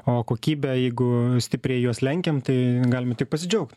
o kokybė jeigu stipriai juos lenkiam tai galim tik pasidžiaugt